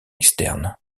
externes